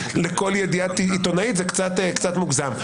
לכל ידיעה עיתונאית זה קצת מוגזם.